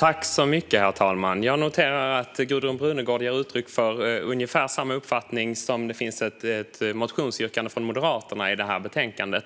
Herr talman! Jag noterar att Gudrun Brunegård ger uttryck för ungefär samma uppfattning som finns i ett motionsyrkande från Moderaterna i detta betänkande